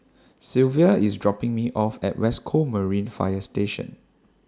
Sylvia IS dropping Me off At West Coast Marine Fire Station